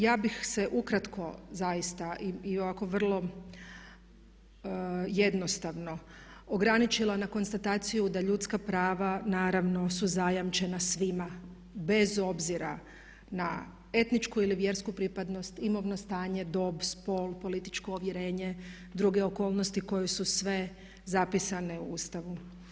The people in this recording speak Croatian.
Ja bih se ukratko zaista i ovako vrlo jednostavno ograničila na konstataciju da ljudska prava naravno su zajamčena svima bez obzira na etničku ili vjersku pripadnost, imovno stanje, dob, spol, političko ovjerenje, druge okolnosti koje su sve zapisane u Ustavu.